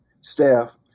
staff